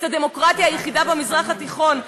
את הדמוקרטיה היחידה במזרח התיכון.